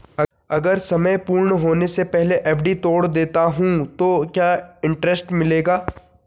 अगर समय पूर्ण होने से पहले एफ.डी तोड़ देता हूँ तो क्या इंट्रेस्ट मिलेगा?